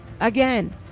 Again